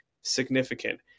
significant